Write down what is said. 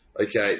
okay